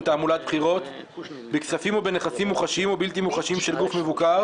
תעמולת בחירות בכספים או בנכסים מוחשיים או בלתי מוחשיים של גוף מבוקר